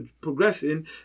progressing